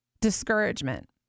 discouragement